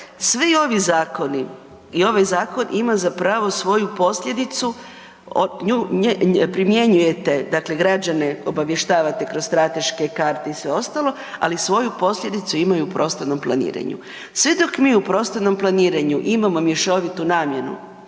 svi ovi zakoni i ovaj zakon ima zapravo svoju posljedicu, nju primjenjujete dakle građane obavještavate kroz strateške karte i sve ostalo, ali svoju posljedicu ima i u prostornom planiranju. Sve dok mi u prostornom planiranju imamo mještovitu namjenu,